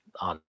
on